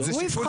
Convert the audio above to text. הוא ייבחר.